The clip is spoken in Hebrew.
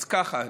אז ככה,